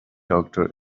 doctor